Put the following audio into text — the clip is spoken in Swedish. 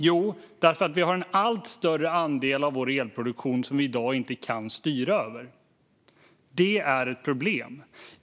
Jo, därför att det är en allt större andel av vår elproduktion som vi i dag inte kan styra över. Det är ett problem.